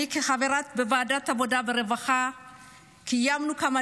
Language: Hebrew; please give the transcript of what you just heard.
בוועדת העבודה והרווחה קיימנו כמה